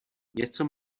něco